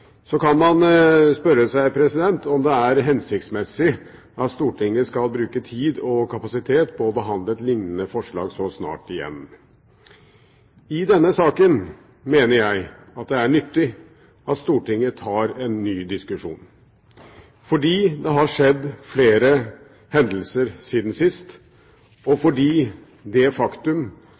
Så kan man spørre seg om det er hensiktsmessig at Stortinget skal bruke tid og kapasitet på å behandle et lignende forslag så snart igjen. I denne saken mener jeg at det er nyttig at Stortinget tar en ny diskusjon, fordi det har skjedd flere hendelser siden sist, og fordi det faktum